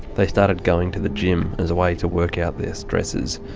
they started going to the gym as a way to work out their stresses.